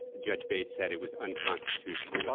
judge bates said it was unconstitutional.